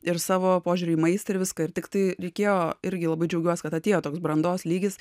ir savo požiūrį į maistą ir viską ir tiktai reikėjo irgi labai džiaugiuos kad atėjo toks brandos lygis